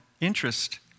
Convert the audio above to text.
interest